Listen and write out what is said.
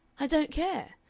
i don't care.